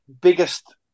biggest